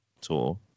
tour